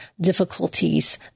difficulties